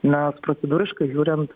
nes procedūriškai žiūrint